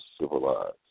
civilized